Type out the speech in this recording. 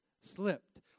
slipped